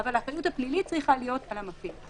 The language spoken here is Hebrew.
אבל האחריות הפלילית צריכה להיות על המפעיל.